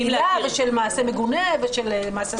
-- של בעילה ושל מעשה מגוני ושל מעשה אסור.